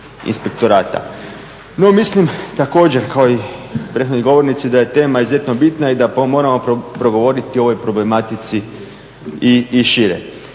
inspektorata. No mislim također kao i prethodni govornici da je tema izuzetno bitna i da moramo progovoriti o ovoj problematici i šire.